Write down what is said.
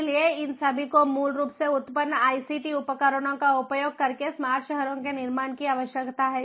इसलिए इन सभी को मूल रूप से उन्नत आईसीटी उपकरणों का उपयोग करके स्मार्ट शहरों के निर्माण की आवश्यकता है